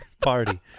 party